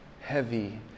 heavy